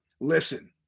listen